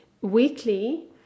weekly